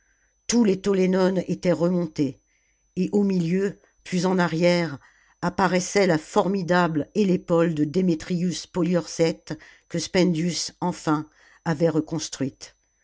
tous les tollénones étaient remontés et au milieu plus en arrière apparaissait la formidable héîépole de démétrius poliorcète que spendius enfin avait reconstruite